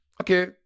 Okay